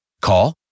Call